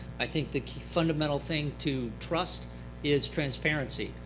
i think the fundamental thing to trust is transparency.